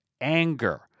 anger